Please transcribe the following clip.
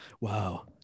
Wow